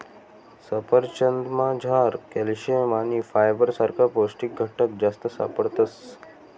सफरचंदमझार कॅल्शियम आणि फायबर सारखा पौष्टिक घटक जास्त सापडतस